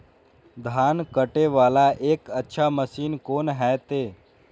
धान कटे वाला एक अच्छा मशीन कोन है ते?